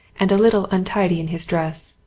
and a little untidy in his dress.